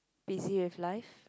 busy with life